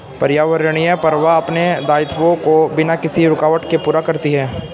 पर्यावरणीय प्रवाह अपने दायित्वों को बिना किसी रूकावट के पूरा करती है